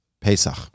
Pesach